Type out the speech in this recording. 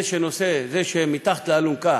זה שמתחת לאלונקה